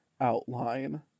outline